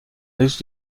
dessous